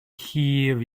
hir